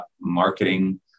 marketing